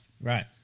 Right